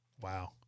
Wow